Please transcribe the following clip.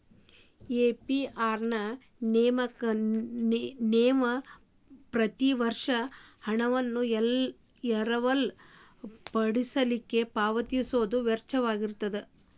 APR ನ ನೇವ ಪ್ರತಿ ವರ್ಷ ಹಣವನ್ನ ಎರವಲ ಪಡಿಲಿಕ್ಕೆ ಪಾವತಿಸೊ ವೆಚ್ಚಾಅಗಿರ್ತದ